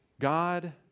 God